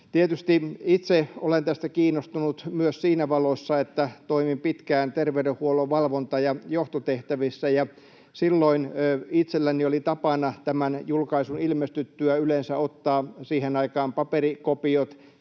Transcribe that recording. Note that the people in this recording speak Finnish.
Tietysti itse olen tästä kiinnostunut myös siinä valossa, että toimin pitkään terveydenhuollon valvonta- ja johtotehtävissä, ja silloin itselläni oli tapana tämän julkaisun ilmestyttyä yleensä ottaa, siihen aikaan, paperikopiot